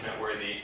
worthy